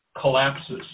collapses